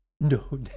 No